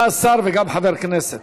אתה שר וגם חבר כנסת.